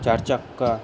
চার চাক্কা